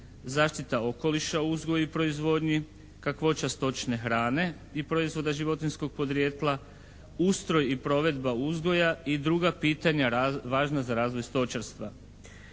zaštita okoliša u uzgoju i proizvodnji, kakvoća stočne hrane i proizvode životinjskog podrijetla, ustroj i provedba uzgoja i druga pitanja važna za razvoj stočarstva.